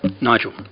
Nigel